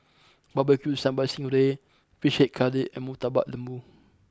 Barbecue Sambal Sting Ray Fish Head Curry and Murtabak Lembu